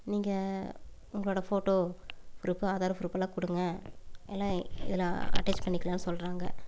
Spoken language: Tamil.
நீங்கள் உங்களோடய ஃபோட்டோ ப்ரூஃபு ஆதார் ப்ரூஃப் எல்லாம் கொடுங்க அதெல்லாம் இது அட்டாச் பண்ணிக்கலான்னு சொல்கிறாங்க